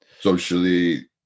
socially